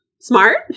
smart